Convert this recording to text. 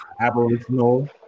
Aboriginal